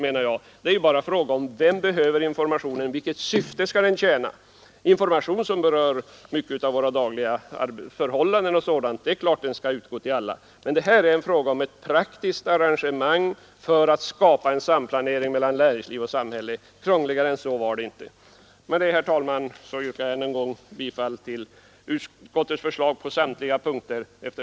Frågan är vem som behöver informationen och vilket syfte den skall tjäna. Sådan information som rör våra dagliga arbetsförhållanden och liknande skall naturligtvis gå ut till alla, men här gäller det ett praktiskt arrangemang för att skapa en samplanering mellan näringsliv och samhälle. Krångligare än så är det inte. Herr talman! Med detta yrkar jag, efter denna mammutdebatt, än en gång bifall till utskottets hemställan på samtliga punkter.